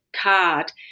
card –